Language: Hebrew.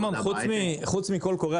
חוץ מקול קורא,